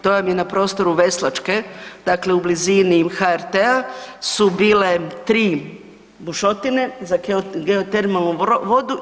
To vam je na prostoru Veslačke, dakle u blizini HRT-a su bile tri bušotine za geotermalnu vodu.